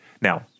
Now